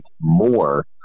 more